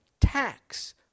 tax